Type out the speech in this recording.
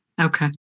Okay